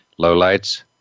lowlights